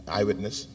Eyewitness